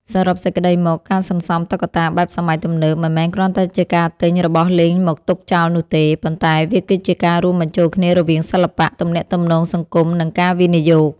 សរុបសេចក្ដីមក ការសន្សំតុក្កតាបែបសម័យទំនើបមិនមែនគ្រាន់តែជាការទិញរបស់លេងមកទុកចោលនោះទេ ប៉ុន្តែវាគឺជាការរួមបញ្ចូលគ្នារវាង សិល្បៈ ទំនាក់ទំនងសង្គម និងការវិនិយោគ។